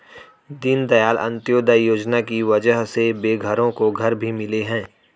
दीनदयाल अंत्योदय योजना की वजह से बेघरों को घर भी मिले हैं